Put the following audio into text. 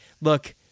Look